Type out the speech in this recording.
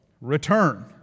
return